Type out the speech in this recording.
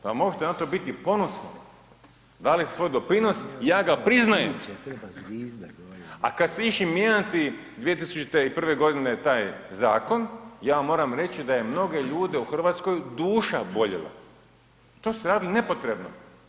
Pa možete na to biti ponosni, dali ste svoj doprinos, ja ga priznajem a kad ste išli mijenjati 2001. g. taj zakon, ja moram reći da je mnoge ljude u Hrvatskoj duša boljela, to ste radili nepotrebno.